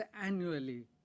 annually